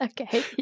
Okay